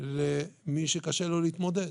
למי שקשה לו להתמודד,